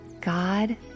God